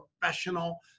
professional